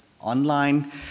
online